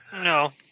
No